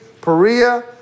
Perea